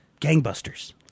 Gangbusters